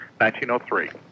1903